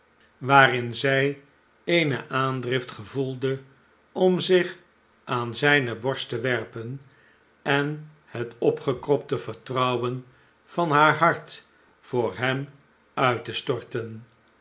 waarin zij eene aandrift gevoelde om zich aan zijne borst te werpen en het opgekropte vertrouwen van haar hart voor hem uit te storten